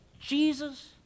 Jesus